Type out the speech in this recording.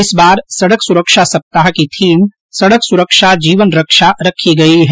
इस बार सड़क सुरक्षा सप्ताह की थीम सड़क सुरक्षा जीवन रक्षा ँ रखी गई है